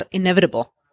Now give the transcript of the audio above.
inevitable